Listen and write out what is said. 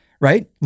right